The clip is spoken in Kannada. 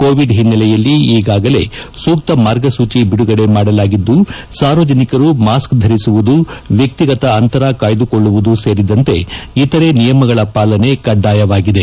ಕೋವಿಡ್ ಹಿನ್ನೆಲೆಯಲ್ಲಿ ಈಗಾಗಲೇ ಸೂಕ್ತ ಮಾರ್ಗಸೂಚಿ ಬಿಡುಗಡೆ ಮಾಡಲಾಗಿದ್ದು ಸಾರ್ವಜನಿಕರು ಮಾಸ್ಕ್ ಧರಿಸುವುದು ವ್ಯಕ್ತಿಗತ ಅಂತರ ಕಾಯ್ದುಕೊಳ್ಳುವುದು ಸೇರಿದಂತೆ ಇತರೆ ನಿಯಮಗಳ ಪಾಲನೆ ಕಡ್ಡಾಯವಾಗಿದೆ